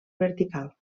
vertical